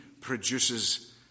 produces